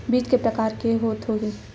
बीज के प्रकार के होत होही?